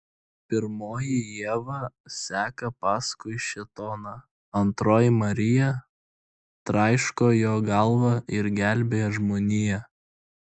pirmoji ieva seka paskui šėtoną antroji marija traiško jo galvą ir gelbėja žmoniją